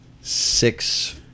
six –